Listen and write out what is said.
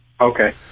okay